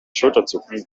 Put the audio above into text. schulterzucken